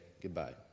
goodbye